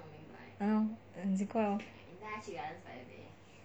ya lor 很奇怪 lor